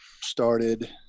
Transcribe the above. started